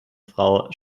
frau